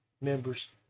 members